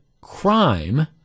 crime